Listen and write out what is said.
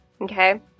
Okay